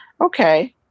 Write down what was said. okay